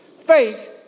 Fake